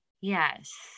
Yes